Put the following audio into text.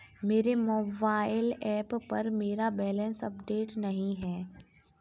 मेरे mobile app पर मेरा बैलेंस अपडेट नहीं है